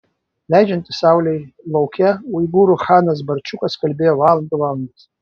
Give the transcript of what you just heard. leidžiantis saulei lauke uigūrų chanas barčiukas kalbėjo valandų valandas